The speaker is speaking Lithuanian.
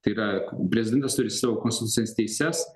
tai yra prezidentas turi savo konstitucines teises